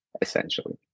essentially